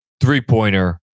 three-pointer